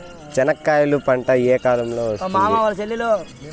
చెనక్కాయలు పంట ఏ కాలము లో వస్తుంది